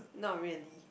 not really